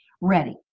ready